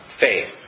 faith